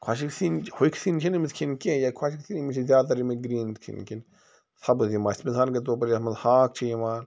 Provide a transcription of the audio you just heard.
خۄشِک سِنۍ ہوٚکھۍ سِنۍ چھِنہٕ أمِس کھیٚنۍ کینٛہہ یا خۄشک سِنۍ أمِس چھِ زیادٕ تر یِمَے گرٛیٖن کھٮ۪ن کھیٚنۍ سَبٕز یِم آسہِ مِثال کے طور پر یَتھ منٛز ہاکھ چھِ یِوان